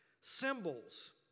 Symbols